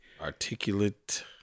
Articulate